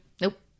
Nope